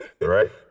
Right